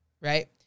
right